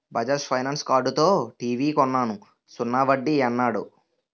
Bajaj finance కార్డుతో TV కొన్నాను సున్నా వడ్డీ యన్నాడు